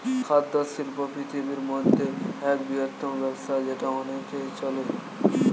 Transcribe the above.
খাদ্য শিল্প পৃথিবীর মধ্যে এক বৃহত্তম ব্যবসা যেটা অনেক চলে